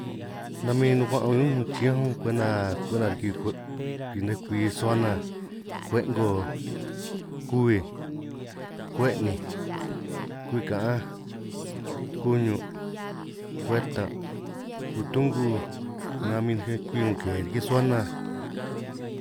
Nan min nukuan' a'min únj chiñánj únj kwenta kwenta riki kwe' riki nej kwi suana, kwe'ngo, kuhuij, kwe'ninj, kwi ka'anj, kuñun', kuetan' kutungu, nan min ge' kwi 'ngo ke riki 'ngo suana.